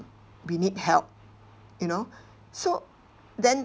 we need help you know so then